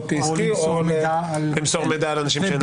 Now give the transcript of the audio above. כעסקי --- או למסור מידע על --- למסור מידע על אנשים שאינם העסק.